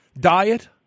diet